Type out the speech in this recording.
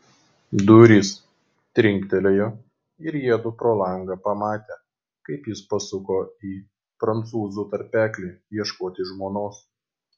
durys trinktelėjo ir jiedu pro langą pamatė kaip jis pasuko į prancūzų tarpeklį ieškoti žmonos